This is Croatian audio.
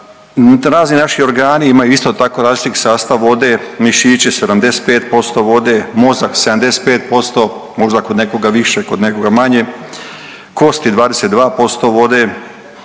Razni naši organi imaju isto tako različiti sastav vode, mišići 75% vode, mozak 75% možda kod nekoga više kod nekoga manje, kosti 22% vode,